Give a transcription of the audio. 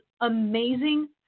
amazing